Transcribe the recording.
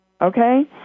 okay